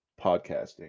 podcasting